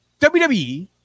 WWE